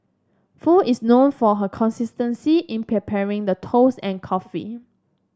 Foo is known for her consistency in preparing the toast and coffee